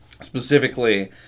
specifically